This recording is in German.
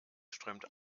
strömt